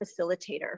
facilitator